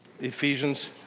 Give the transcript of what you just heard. Ephesians